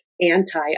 anti